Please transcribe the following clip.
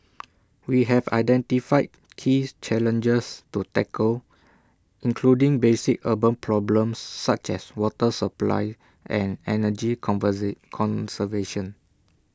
we have identified keys challenges to tackle including basic urban problems such as water supply and energy converse conservation